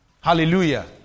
Hallelujah